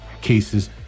cases